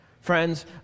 Friends